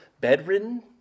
bedridden